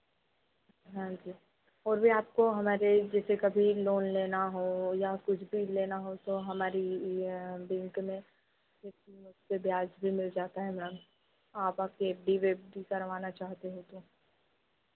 हाँ जी और भी आपको हमारे जैसे कभी लोन लेना हो या कुछ भी लेना हो तो हमारी बैंक में ब्याज़ भी मिल जाता हे मैम आप आ कर एफ डी वेफ़ डी करवाना चाहते हो तो